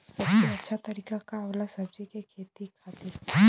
सबसे अच्छा तरीका का होला सब्जी के खेती खातिर?